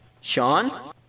Sean